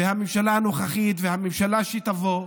הממשלה הנוכחית והממשלה שתבוא,